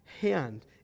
hand